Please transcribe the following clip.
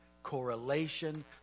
correlation